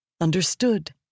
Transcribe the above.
understood